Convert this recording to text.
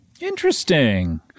Interesting